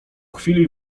chwili